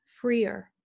freer